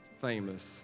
famous